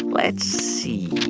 let's see.